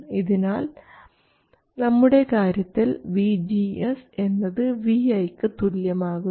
അതിനാൽ നമ്മുടെ കാര്യത്തിൽ vGS എന്നത് vi ക്ക് തുല്യമാകുന്നു